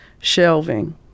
shelving